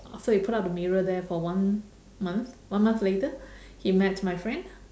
after he put up the mirror there for one month one month later he met my friend